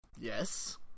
Yes